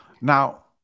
now